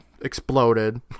exploded